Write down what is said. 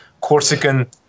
Corsican